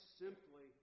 simply